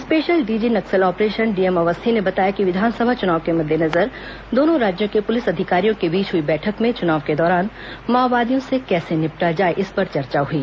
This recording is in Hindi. special DG Naxal operation DM Awasthi ने बताया कि विधानसभा चुनाव के मद्देनजर दोनों राज्यों के पुलिस अधिकारियों के बीच हई बैठक में च्नाव के दौरान माओवादियों से कैसे निपटा जाए इस पर चर्चा हई